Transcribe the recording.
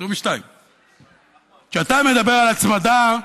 2022. כשאתה מדבר על הצמדה,